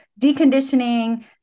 deconditioning